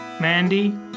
Mandy